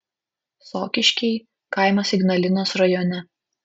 sokiškiai kaimas ignalinos rajone